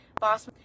boss